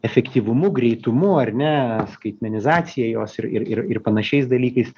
efektyvumu greitumu ar ne skaitmenizacija jos ir ir ir ir panašiais dalykais